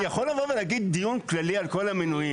אני יכול לבוא ולהגיד דיון כללי על כל המינויים.